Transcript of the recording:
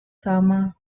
sama